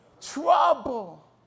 trouble